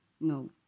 No